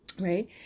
right